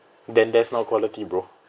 then that's not quality bro